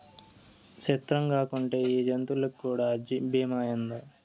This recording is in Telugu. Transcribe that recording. సిత్రంగాకుంటే ఈ జంతులకీ కూడా బీమా ఏందో